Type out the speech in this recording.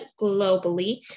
globally